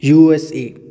USA